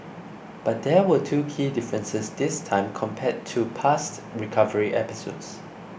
but there were two key differences this time compared to past recovery episodes